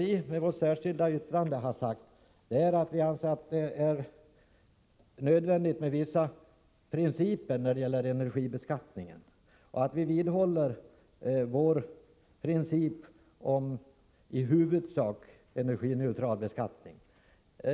I vårt särskilda yttrande har vi sagt att det är nödvändigt med vissa principer när det gäller energibeskattningen och att vi vidhåller vår princip om i huvudsak energineutral beskattning.